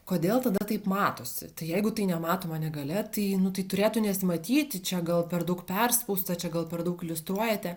kodėl tada taip matosi tai jeigu tai nematoma negalia tai nu tai turėtų nesimatyti čia gal per daug perspausta čia gal per daug iliustruojate